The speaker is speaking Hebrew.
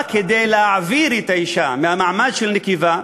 באה להעביר את האישה מהמעמד של נקבה,